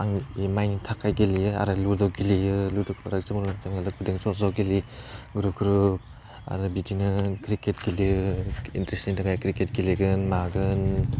आं बे माइन्दनि थाखाय गेलेयो आरो लुदु गेलेयो लुदुफोरा लोगोफोरजों ज' ज' गेलेयो ग्रोब ग्रोब आरो बिदिनो क्रिकेट गेलेयो इन्टारेस्टनि थाखाय क्रिकेट गेलेगोन मागोन